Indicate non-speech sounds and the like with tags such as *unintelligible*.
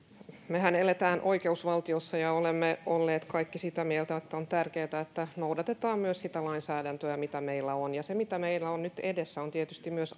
mehän elämme oikeusvaltiossa ja olemme olleet kaikki sitä mieltä että on tärkeätä että noudatetaan myös sitä lainsäädäntöä mikä meillä on ja se mikä meillä on nyt edessä on tietysti myös *unintelligible*